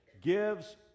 gives